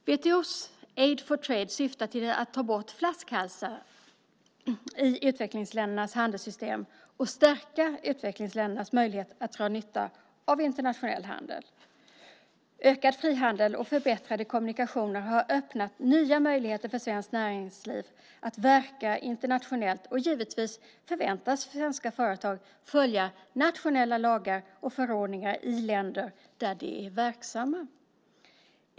WTO:s program Aid for Trade syftar till att ta bort flaskhalsar i utvecklingsländernas handelssystem och stärka utvecklingsländernas möjlighet att dra nytta av internationell handel. Ökad frihandel och förbättrade kommunikationer har öppnat nya möjligheter för svenskt näringsliv att verka internationellt, och givetvis förväntas svenska företag följa nationella lagar och förordningar i länder där de är verksamma.